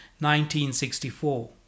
1964